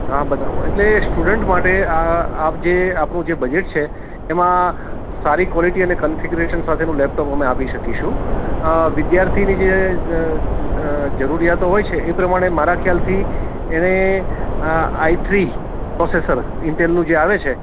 હા બતાવું એટલે સ્ટુડન્ટ માટે આ આપ જે આપનું જે બજેટ છે એમાં સારી ક્વૉલિટી અને કન્ફિગરેશન સાથેનું લેપટોપ અમે આપી શકીશું વિદ્યાર્થીની જે જરૂરિયાતો હોય છે એ પ્રમાણે મારા ખ્યાલથી એને આઈ થ્રી પ્રોસેસર ઇન્ટેલનું જે આવે છે